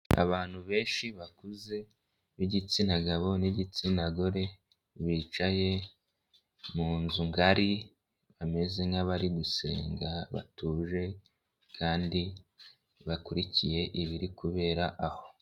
Abantu benshi bakuze b'igitsina gabo n'igitsina gore bicaye mu nzu ngari bameze nk'abari gusenga batuje kandi bakurikiye ibiri kubera aho.